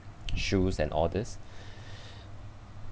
shoes and all this